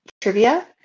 trivia